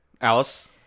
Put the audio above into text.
Alice